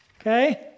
okay